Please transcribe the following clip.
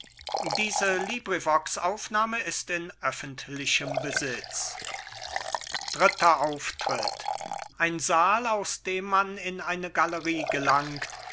dritter auftritt ein saal aus dem man in eine galerie gelangt